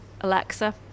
alexa